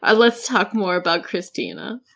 ah let's talk more about kristina.